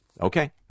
Okay